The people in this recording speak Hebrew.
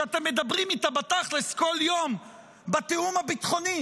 שאתם מדברים איתה בתכל'ס כל יום בתיאום הביטחוני.